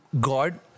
God